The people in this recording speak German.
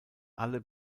alle